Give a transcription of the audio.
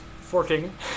forking